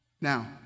Now